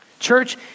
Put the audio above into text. Church